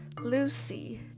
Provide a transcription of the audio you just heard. Lucy